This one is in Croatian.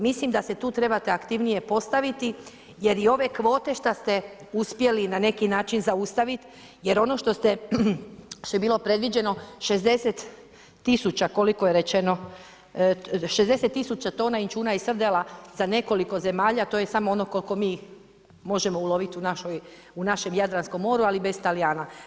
Mislim da se tu trebate aktivnije postaviti, jer je ove kvote što se uspjeli na neki način zaustaviti jer ono što ste, što je bilo predviđeno, 60000 koliko je rečeno, 60000 tona inćuna i srdela za nekoliko zemalja, to je samo ono koliko mi možemo uloviti u našem Jadranskom moru, ali bez Talijana.